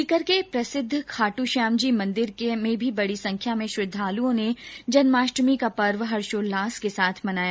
सीकर के प्रसिद्ध खाटू श्याम जी के मन्दिर में भी बडी संख्या में श्रद्वालुओं ने जन्माष्टमी का पर्व हर्षो ल्लास के साथ मनाया